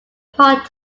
part